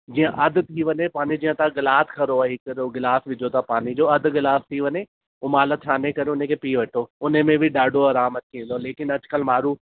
जीअं अधु थी वञे पाणी जीअं त गिलास खंयो आहे हिकिड़ो गिलास विझो था पाणी जो अधु गिलास थी वञे उनमहिल छाणे करे उन खे पी वठो उन में बि ॾाढो आरामु अची वेंदव लेकिन अॼु कल्ह माण्हू